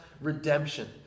redemption